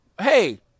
Hey